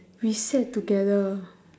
we sat together